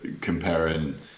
comparing